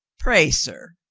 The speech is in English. pray, sir,